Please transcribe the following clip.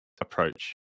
approach